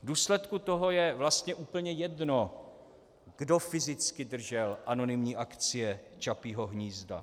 V důsledku toho je vlastně úplně jedno, kdo fyzicky držel anonymní akcie Čapího hnízda.